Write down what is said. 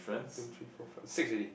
two three four five six already